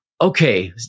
Okay